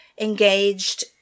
engaged